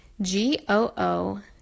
g-o-o